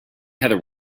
heather